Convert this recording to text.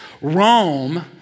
Rome